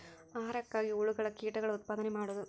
ಆಹಾರಕ್ಕಾಗಿ ಹುಳುಗಳ ಕೇಟಗಳ ಉತ್ಪಾದನೆ ಮಾಡುದು